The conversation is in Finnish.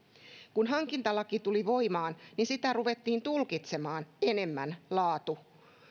kun hankintalaki tuli voimaan niin sitä ruvettiin tulkitsemaan laatu